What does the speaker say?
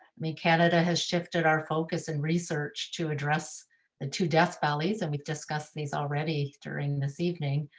mean, canada has shifted our focus and research to address the two deaths valleys. and we've discussed these already during this evening.